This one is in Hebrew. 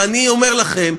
ואני אומר לכם,